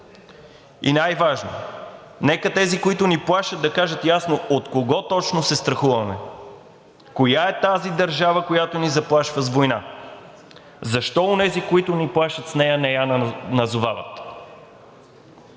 И най-важно – нека тези, които ни плашат, да кажат ясно от кого точно се страхуваме? Коя е тази държава, която ни заплашва с война? Защо онези, които ни плашат с нея, не я назовават?